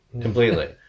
completely